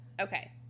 okay